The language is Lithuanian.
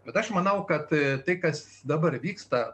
bet aš manau kad tai kas dabar vyksta